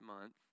month